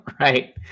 right